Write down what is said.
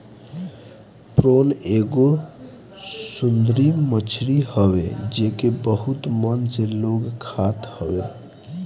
prawn एगो समुंदरी मछरी हवे जेके बहुते मन से लोग खात हवे